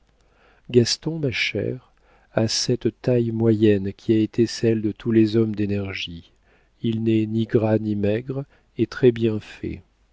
gaston ma chère a cette taille moyenne qui a été celle de tous les hommes d'énergie il n'est ni gras ni maigre et très-bien fait